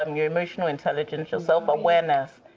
um your emotional intelligence, your self-awareness,